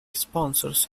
sponsors